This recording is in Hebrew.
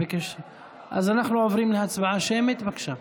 אז אנחנו עוברים להצבעה שמית, בבקשה.